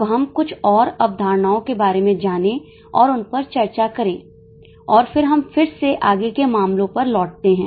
अब हम कुछ और अवधारणाओं के बारे में जानें और उन पर चर्चा करें और फिर हम फिर से आगे के मामलों पर लौटते हैं